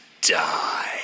die